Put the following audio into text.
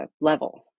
level